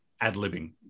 Ad-libbing